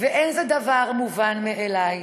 ואין זה דבר מובן מאליו.